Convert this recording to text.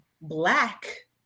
Black